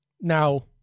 Now